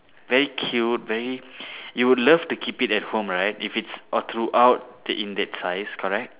very cute very you would love to keep it at home right if it's or throughout in that size correct